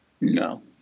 no